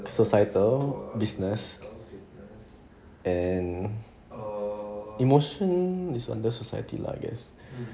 societal business and emotion is under society lah I guess